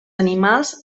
animals